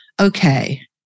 okay